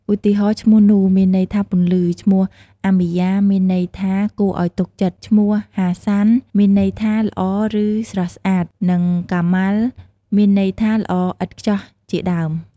ឧទាហរណ៍ ឈ្មោះ នូ មានន័យថាពន្លឺ, ឈ្មោះ អាមីណា មានន័យថាគួរឱ្យទុកចិត្ត, ឈ្មោះហាសាន មានន័យថាល្អឬស្រស់ស្អាត, និងកាម៉ាល់ មានន័យថាល្អឥតខ្ចោះជាដើម។